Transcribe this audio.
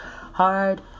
hard